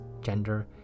gender